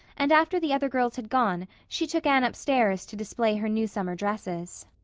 and after the other girls had gone she took anne upstairs to display her new summer dresses.